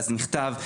אז מכתב,